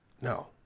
No